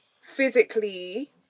physically